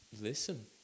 listen